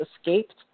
escaped